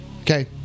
Okay